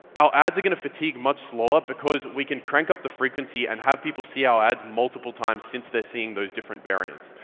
our ads are gonna fatigue much slower because we can crank up the frequency and have people see our ah ads multiple times since they're seeing those different variants.